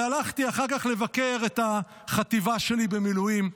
והלכתי אחר כך לבקר את החטיבה שלי במילואים,